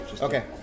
Okay